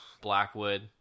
Blackwood